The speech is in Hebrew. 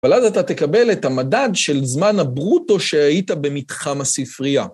אבל אז אתה תקבל את המדד של זמן הברוטו שהיית במתחם הספרייה.